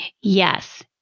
Yes